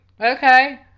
Okay